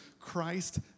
Christ